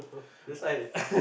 that's why